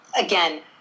again